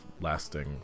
lasting